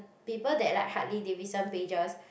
people that like Harley Davidson pages